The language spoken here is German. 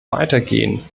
weitergehen